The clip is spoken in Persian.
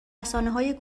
رسانههای